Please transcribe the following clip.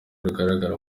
rugaragara